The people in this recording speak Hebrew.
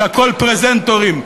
שהכול פרזנטורים.